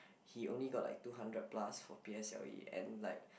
he only got like two hundred plus for p_s_l_e and like